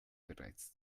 bereits